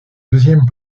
deuxième